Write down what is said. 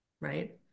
right